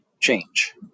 Change